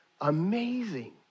Amazing